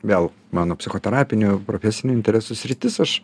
vėl mano psichoterapinių profesinių interesų sritis aš